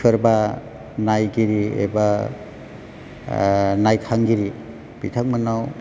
सोरबा नायगिरि एबा नायखांगिरि बिथांमोननाव